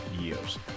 years